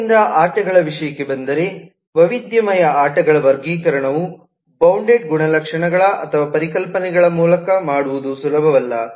ಆದ್ದರಿಂದ ಆಟಗಳ ವಿಷಯಕ್ಕೆ ಬಂದರೆ ವೈವಿಧ್ಯಮಯ ಆಟಗಳ ವರ್ಗೀಕರಣವು ಬೌಂಡೆಡ್ ಗುಣಲಕ್ಷಣಗಳ ಅಥವಾ ಪರಿಕಲ್ಪನೆಗಳ ಮೂಲಕ ಮಾಡುವುದು ಸುಲಭವಲ್ಲ